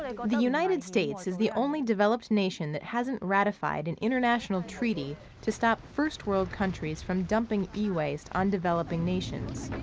like the united states is the only developed nation that hasn't ratified an international treaty to stop first-world countries from dumping e-waste on developing nations.